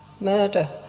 murder